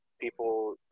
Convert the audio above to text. people